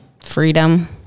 freedom